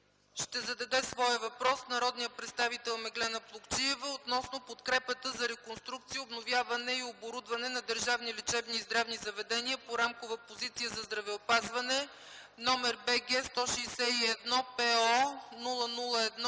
ще зададе своя въпрос народния представител Меглена Плугчиева относно подкрепата за реконструкция, обновяване и оборудване на държавни лечебни и здравни заведения в рамкова позиция за здравеопазване № BG 161 PO